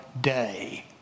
day